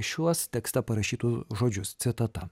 šiuos tekste parašytu žodžius citata